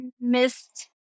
missed